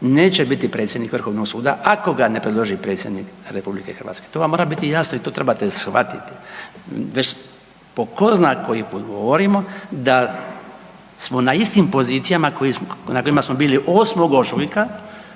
neće biti predsjednik Vrhovnog suda ako ga ne predloži RH. To vam mora biti jasno i to trebate shvatiti. Već po tko zna koji put govorimo da smo na istim pozicijama na kojima smo bili 8. ožujka